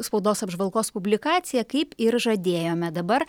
spaudos apžvalgos publikacija kaip ir žadėjome dabar